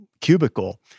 cubicle